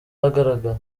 ahagaragara